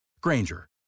Granger